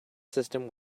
system